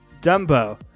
Dumbo